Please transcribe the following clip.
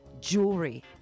jewelry